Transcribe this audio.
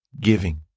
giving